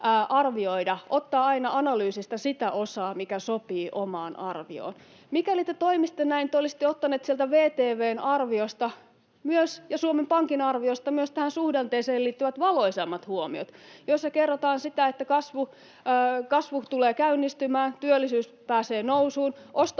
ottaa aina analyysistä sen osan, mikä sopii omaan arvioon. Mikäli te toimisitte näin, te olisitte ottaneet sieltä VTV:n ja Suomen Pankin arvioista myös tähän suhdanteeseen liittyvät valoisammat huomiot, joissa kerrotaan sitä, että kasvu tulee käynnistymään, työllisyys pääsee nousuun, ostovoima